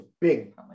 big